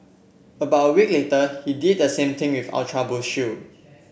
about a week later he did the same thing with Ultra Boost shoe